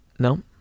No